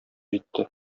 җитте